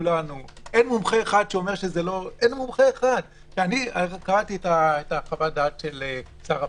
אין מומחה אחד שאומר שזה לא - אני קראתי את חוות הדעת של שר הפנים.